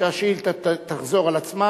אני מבקש שהשאילתא תחזור על עצמה,